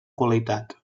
qualitat